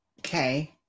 Okay